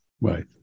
Right